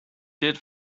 did